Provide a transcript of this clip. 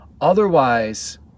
Otherwise